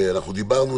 אנחנו דיברנו.